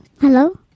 Hello